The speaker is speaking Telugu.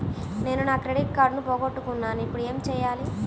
నేను నా క్రెడిట్ కార్డును పోగొట్టుకున్నాను ఇపుడు ఏం చేయాలి?